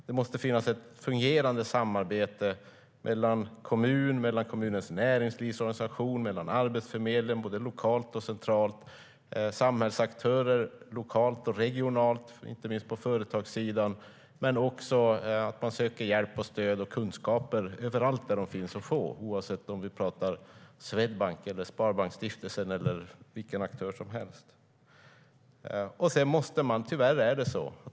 Det måste finnas ett fungerande samarbete mellan kommunen, kommunens näringslivsorganisation, Arbetsförmedlingen, lokalt och centralt, samhällsaktörer lokalt och regionalt, inte minst på företagssidan, och att man söker hjälp, stöd och kunskaper överallt där de finns att få, antingen det nu är hos Swedbank, Sparbanksstiftelsen eller någon annan aktör.